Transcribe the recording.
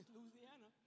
Louisiana